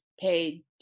paid